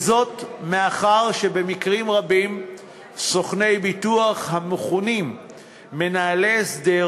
וזאת מאחר שבמקרים רבים סוכני ביטוח המכונים "מנהלי הסדר"